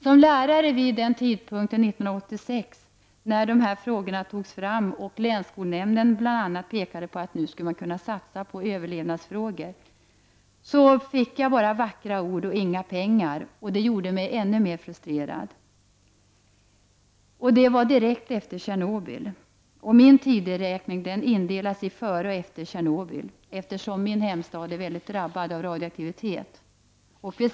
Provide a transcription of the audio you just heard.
Som lärare vid den tidpunkten, 1986, när de här frågorna togs upp och länsskolnämnden bl.a. pekade på att man nu skulle kunna satsa på överlevnadsfrågor, fick jag bara vackra ord och inga pengar. Det gjorde mig ännu mer frustrerad. Detta var direkt efter Tjernobyl. För mig gäller tideräkningen före och efter Tjernobyl, eftersom min hemstad hade blivit mycket drabbad av radioaktivitet.